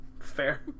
Fair